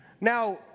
Now